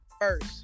first